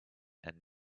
and